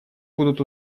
будут